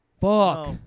Fuck